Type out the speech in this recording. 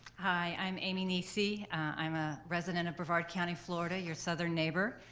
hi i'm amy kneessy. i'm a resident of brevard county, florida, your southern neighbor,